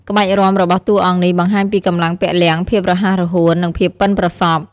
ក្បាច់រាំរបស់តួអង្គនេះបង្ហាញពីកម្លាំងពលំ ភាពរហ័សរហួន និងភាពប៉ិនប្រសប់។